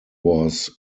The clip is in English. was